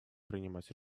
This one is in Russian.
принимать